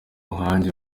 nkanjye